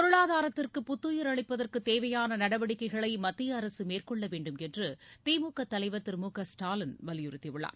பொருளாதாரத்திற்கு புத்துயிர் அளிப்பதற்கு தேவையான நடவடிக்கைகளை மத்திய அரசு மேற்கொள்ளவேண்டும் என்று திமுக தலைவர் திரு மு க ஸ்டாலின் வலியுறுத்தி உள்ளார்